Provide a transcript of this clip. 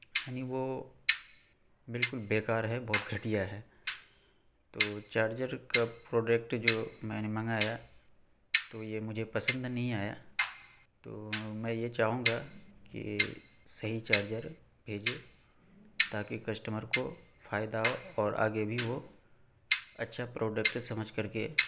یعنی وہ بالکل بیکار ہے بہت گھٹیا ہے تو چارجر کا پروڈکٹ جو میں نے منگایا تو یہ مجھے پسند نہیں آیا تو میں یہ چاہوں گا کہ صحیح چارجر بھیجے تاکہ کسٹمر کو فائدہ ہو اور آگے بھی وہ اچھا پروڈکٹ سمجھ کر کے